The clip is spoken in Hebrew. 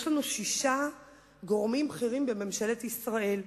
יש לנו שישה גורמים בכירים בממשלת ישראל: